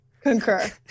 Concur